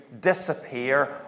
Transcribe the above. disappear